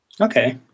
Okay